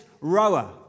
rower